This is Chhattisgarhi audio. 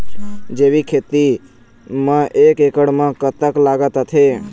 जैविक खेती म एक एकड़ म कतक लागत आथे?